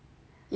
what is good